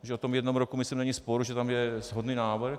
O tom jednom roku myslím není spor, tam je shodný návrh.